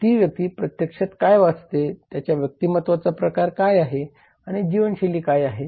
तर ती व्यक्ती प्रत्यक्षात काय वाचते त्याच्या व्यक्तिमत्त्वाचा प्रकार काय आहे आणि जीवनशैली काय आहे